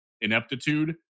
ineptitude